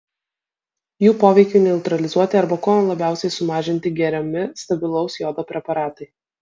jų poveikiui neutralizuoti arba kuo labiausiai sumažinti geriami stabilaus jodo preparatai